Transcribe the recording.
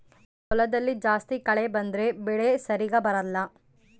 ಹೊಲದಲ್ಲಿ ಜಾಸ್ತಿ ಕಳೆ ಬಂದ್ರೆ ಬೆಳೆ ಸರಿಗ ಬರಲ್ಲ